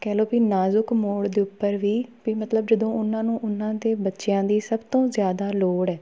ਕਹਿ ਲਉ ਕਿ ਨਾਜ਼ੁਕ ਮੋੜ ਦੇ ਉੱਪਰ ਵੀ ਵੀ ਮਤਲਬ ਜਦੋਂ ਉਹਨਾਂ ਨੂੰ ਉਹਨਾਂ ਦੇ ਬੱਚਿਆਂ ਦੀ ਸਭ ਤੋਂ ਜ਼ਿਆਦਾ ਲੋੜ ਹੈ